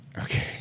Okay